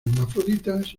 hermafroditas